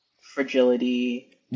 fragility